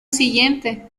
siguiente